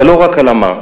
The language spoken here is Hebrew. אבל לא רק על המה,